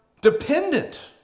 dependent